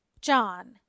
John